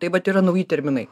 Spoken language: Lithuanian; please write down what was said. tai vat yra nauji terminai